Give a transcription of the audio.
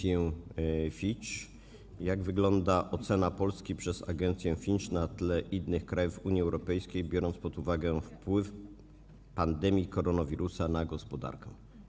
Jak wygląda ocena Polski przez agencję Fitch na tle innych krajów Unii Europejskiej, biorąc pod uwagę wpływ pandemii koronawirusa na gospodarkę?